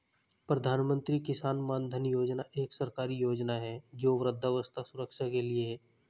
प्रधानमंत्री किसान मानधन योजना एक सरकारी योजना है जो वृद्धावस्था सुरक्षा के लिए है